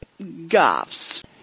Goffs